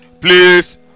Please